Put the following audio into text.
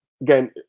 again